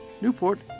Newport